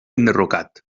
enderrocat